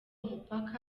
mupaka